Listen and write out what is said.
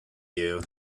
you